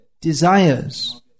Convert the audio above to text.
desires